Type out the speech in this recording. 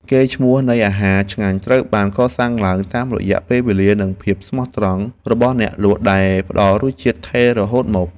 កេរ្តិ៍ឈ្មោះនៃអាហារឆ្ងាញ់ត្រូវបានកសាងឡើងតាមរយៈពេលវេលា និងភាពស្មោះត្រង់របស់អ្នកលក់ដែលផ្ដល់រសជាតិថេររហូតមក។